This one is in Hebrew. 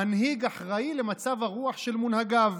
המנהיג אחראי למצב הרוח של מונהגיו,